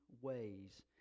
ways